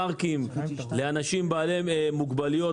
פארקים נגישים לאנשים בעלי מוגבלויות.